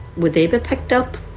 would they be picked up?